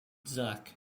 zach